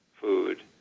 food